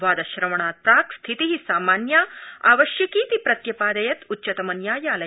वादश्रवणात् प्राक् स्थिति सामान्या आवश्यकीति प्रत्यपादयत् उच्चतमन्यायालय